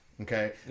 okay